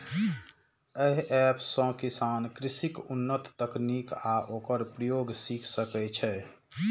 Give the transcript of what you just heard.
एहि एप सं किसान कृषिक उन्नत तकनीक आ ओकर प्रयोग सीख सकै छै